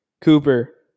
Cooper